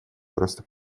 просто